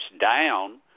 down